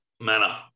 manner